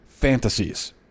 fantasies